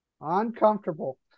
Uncomfortable